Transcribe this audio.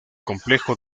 complejo